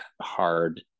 hard